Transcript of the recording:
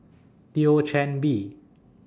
Thio Chan Bee